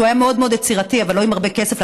שהוא היה מאוד מאוד יצירתי אבל לא עם הרבה כסף.